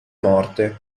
morte